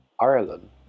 Ireland